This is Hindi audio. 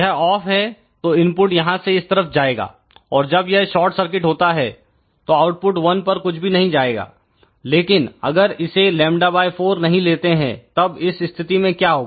यह ऑफ है तो इनपुट यहां से इस तरफ जाएगा और जब यह शार्ट सर्किट होता है तो आउटपुट 1 पर कुछ भी नहीं जाएगा लेकिन अगर हम इसे λ4 नहीं लेते हैं तब इस स्थिति में क्या होगा